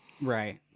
right